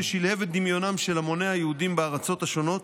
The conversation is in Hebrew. ששלהב את דמיונם של המוני היהודים בארצות השונות,